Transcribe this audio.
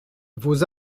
vos